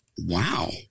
Wow